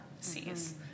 sees